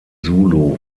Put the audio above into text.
zulu